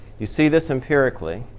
you see this empirically.